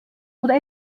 oder